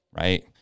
right